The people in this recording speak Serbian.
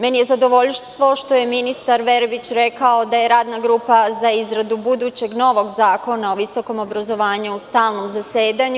Meni je zadovoljstvo što je ministar Verbić rekao da je radna grupa za izradu budućeg novog zakona o visokom obrazovanju u stalnom zasedanju.